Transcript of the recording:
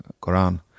Quran